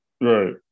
Right